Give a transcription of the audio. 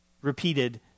repeated